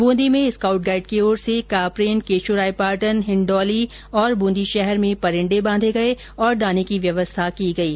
वूंदी में scout guide की ओर से कापरेन केशोरायपाटन हिंडौली और बूंदी शहर में पंरिंडे बांधे गए और दाने की व्यवस्था की गयी